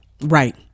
right